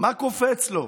מה קופץ לו?